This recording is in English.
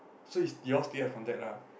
so is you all still have contact lah